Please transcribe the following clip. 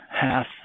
hath